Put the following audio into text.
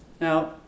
Now